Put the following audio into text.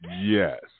yes